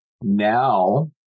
Now